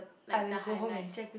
I will go home and check